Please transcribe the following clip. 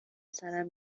سرم